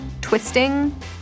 twisting